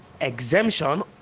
exemption